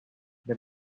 the